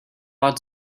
ought